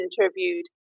interviewed